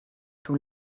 too